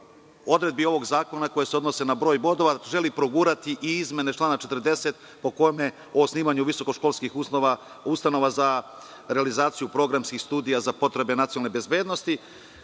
odredbi ovog zakona koje se odnose na broj bodova, želi progurati i izmene člana 40. po kome o osnivanju visokoškolskih ustanova za realizaciju programskih studija za potrebe nacionalne bezbednosti,